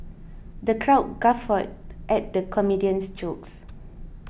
the crowd guffawed at the comedian's jokes